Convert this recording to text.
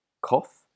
cough